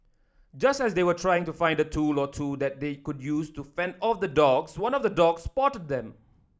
just as they were trying to find a tool or two that they could use to fend off the dogs one of the dogs spotted them